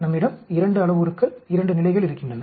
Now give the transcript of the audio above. நம்மிடம் 2 அளவுருக்கள் 2 நிலைகள் இருக்கின்றன